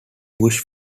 bush